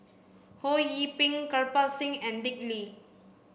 Ho Yee Ping Kirpal Singh and Dick Lee